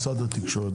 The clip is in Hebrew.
משרד התקשורת,